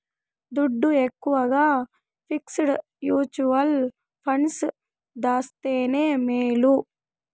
దుడ్డు ఎక్కవగా fixed mutual funds దాస్తేనే మేలు